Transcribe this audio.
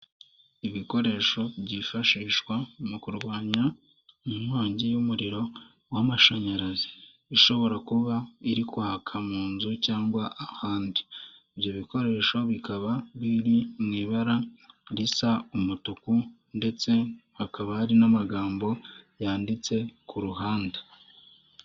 Ibikoresho byifashishwa mu kurwanya inkongi y'umuriro w'amashanyarazi ishobora kuba iri kwaka mu nzu cyangwa ahandi ibyo bikoresho bikaba biri mu ibara risa umutuku ndetse hakaba hari n'amagambo yanditse ku ruhande.